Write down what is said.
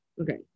Okay